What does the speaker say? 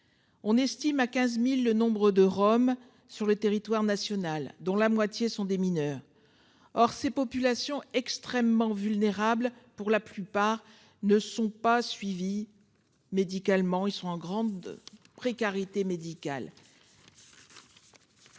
On estime à 15.000 le nombre de Roms sur le territoire national, dont la moitié sont des mineurs. Or ces populations extrêmement vulnérables, pour la plupart ne sont pas suivies médicalement. Ils sont en grande précarité médicale.